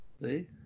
See